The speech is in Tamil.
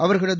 அவர்களது